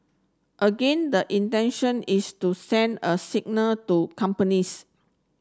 again the intention is to send a signal to companies